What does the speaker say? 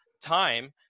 time